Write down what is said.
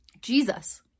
Jesus